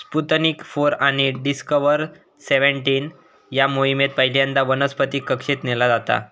Sputnik four आणि Discover seventeen या मोहिमेत पहिल्यांदा वनस्पतीक कक्षेत नेला जाता